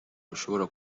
rushobora